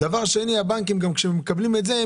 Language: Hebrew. והדבר השני הוא שכשהבנקים מקבלים את זה,